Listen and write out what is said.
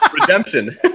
Redemption